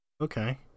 okay